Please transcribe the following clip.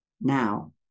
now